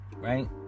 right